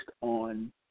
on